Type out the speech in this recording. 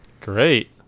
Great